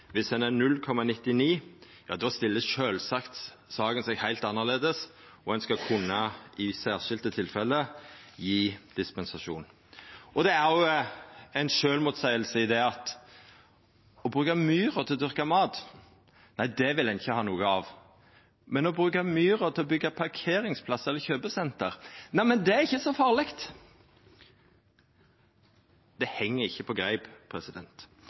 skal – i særskilte tilfelle – kunna gje dispensasjon. Det er òg ei sjølvmotseiing i at det å bruka myra til å dyrka mat, vil ein ikkje ha noko av, men å bruka myra til å byggja parkeringsplass eller kjøpesenter, det er ikkje så farleg. Dette heng ikkje på greip.